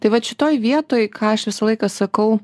tai vat šitoj vietoj ką aš visą laiką sakau